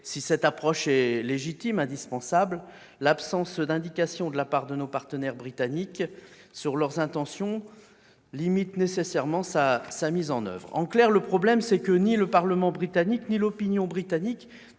Si cette approche est légitime et indispensable, l'absence d'indications de la part de nos partenaires britanniques sur leurs intentions limite nécessairement sa mise en oeuvre. En clair, le problème est que ni le Parlement britannique ni l'opinion britannique